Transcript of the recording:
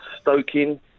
stoking